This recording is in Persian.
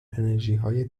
انرژیهای